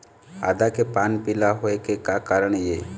आदा के पान पिला होय के का कारण ये?